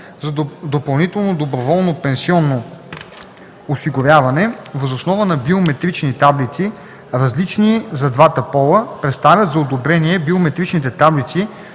за допълнително доброволно пенсионно осигуряване въз основа на биометрични таблици, различни за двата пола, представят за одобрение биометричните таблици,